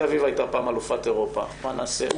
גם מכבי תל אביב הייתה פעם אלופת אירופה, מה נעשה?